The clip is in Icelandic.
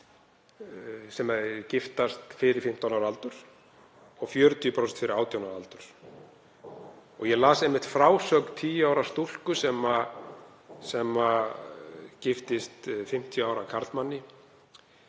sem giftast fyrir 15 ára aldur og 40% fyrir 18 ára aldur. Ég las einmitt frásögn tíu ára stúlku sem giftist 50 ára karlmanni.